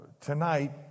Tonight